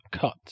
cut